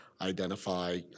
identify